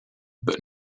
but